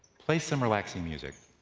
play some relaxing music.